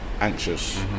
anxious